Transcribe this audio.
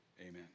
Amen